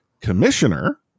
commissioner